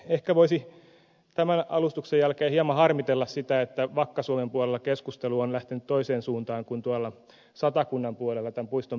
ehkä voisi tämän alustuksen jälkeen hieman harmitella sitä että vakka suomen puolella keskustelu on lähtenyt toiseen suuntaan kuin tuolla satakunnan puolella tämän puiston perustamisesta